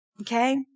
Okay